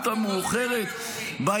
המאוחרת -- אף אחד לא דיבר על לאומי.